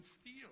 steal